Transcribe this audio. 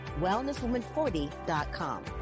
wellnesswoman40.com